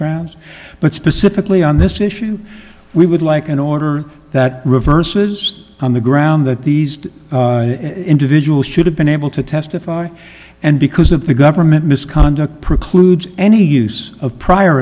grounds but specifically on this issue we would like an order that reverses on the ground that these two individuals should have been able to testify and because of the government misconduct precludes any use of prior